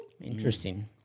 Interesting